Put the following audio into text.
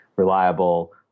reliable